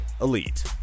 Elite